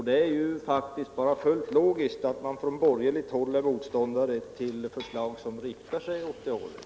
Det är faktiskt fullt logiskt att man från borgerligt håll är motståndare till förslag som riktar sig åt det hållet.